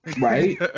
Right